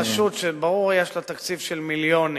רשות שברור שיש לה תקציב של מיליונים,